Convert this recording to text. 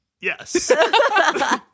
Yes